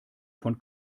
von